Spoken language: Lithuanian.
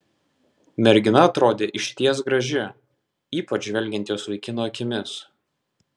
mergina atrodė išties graži ypač žvelgiant jos vaikino akimis